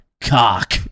cock